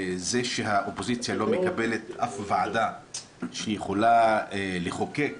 זה שהאופוזיציה לא מקבלת אף ועדה שהיא יכולה לחוקק,